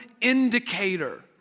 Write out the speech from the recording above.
indicator